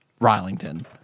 Rylington